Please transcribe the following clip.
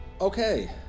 Okay